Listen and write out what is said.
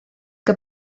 que